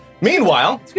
Meanwhile